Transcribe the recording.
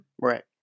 Right